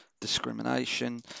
discrimination